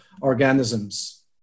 organisms